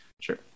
Sure